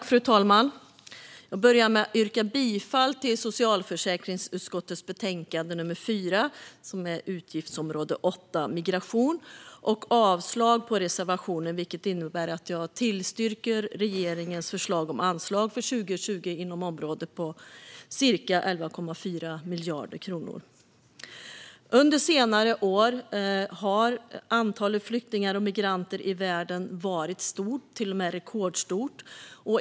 Fru talman! Jag börjar med att yrka bifall till utskottets förslag i socialförsäkringsutskottets betänkande nr 4, Utgiftsområde 8 Migration , och avslag på reservationen. Det innebär att jag tillstyrker regeringens förslag om anslag för 2020 inom området på ca 11,4 miljarder kronor. Under senare år har antalet flyktingar och migranter i världen varit stort, till och med rekordstort.